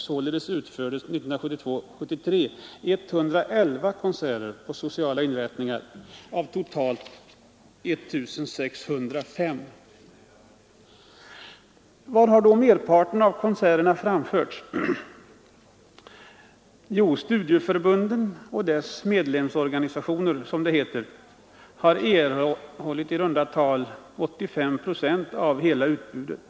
Således utfördes 1972/73 111 konserter på sociala inrättningar av totalt framförda 1 605. Var har då merparten av konserterna framförts? Jo, studieförbunden och deras medlemsorganisationer, som det heter, har erhållit i runda tal 85 procent av hela utbudet.